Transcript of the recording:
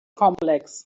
complex